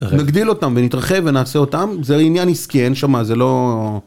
מגדיל אותם ונתרחב ונעשה אותם זה עניין עסקי אין שמה זה לא.